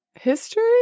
history